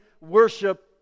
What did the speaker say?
worship